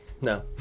No